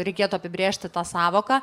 reikėtų apibrėžti tą sąvoką